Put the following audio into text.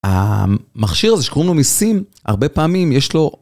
המכשיר הזה שקוראים לו מיסים, הרבה פעמים יש לו...